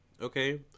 Okay